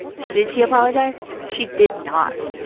so did she apologize? she did not.